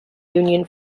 union